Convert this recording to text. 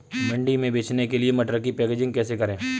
मंडी में बेचने के लिए मटर की पैकेजिंग कैसे करें?